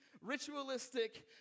ritualistic